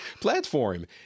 platform